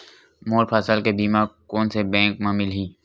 मोर फसल के बीमा कोन से बैंक म मिलही?